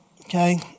Okay